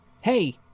Hey